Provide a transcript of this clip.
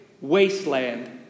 wasteland